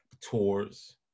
tours